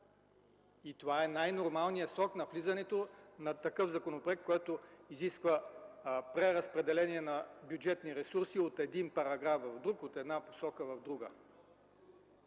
Това е най-нормалният срок на влизането на такъв законопроект, който изисква преразпределение на бюджетни ресурси от един параграф в друг, от една посока в друга.